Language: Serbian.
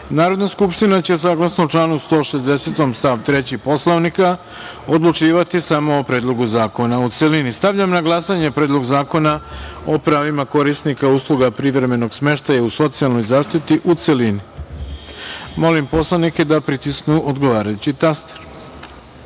Narodna skupština će, saglasno članu 160. stav 3. Poslovnika odlučivati samo o Predlogu zakona, u celini. Stavljam na glasanje Predlog zakona o pravima korisnika usluga privremenog smeštaja u socijalnoj zaštiti, u celini. Molim poslanike da pritisnu odgovarajući taster